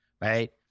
right